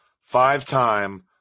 Five-time